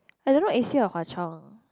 I don't know A_C or Hwa-Chong